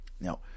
Now